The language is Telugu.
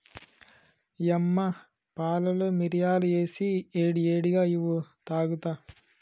యమ్మ పాలలో మిరియాలు ఏసి ఏడి ఏడిగా ఇవ్వు తాగుత